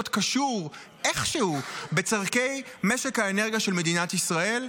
קשור איכשהו בצורכי משק האנרגיה של מדינת ישראל,